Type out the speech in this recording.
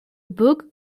book